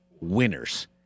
winners